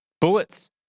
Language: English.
bullets